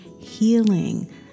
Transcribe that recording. healing